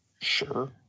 sure